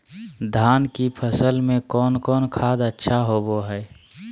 धान की फ़सल में कौन कौन खाद अच्छा होबो हाय?